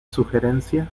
sugerencia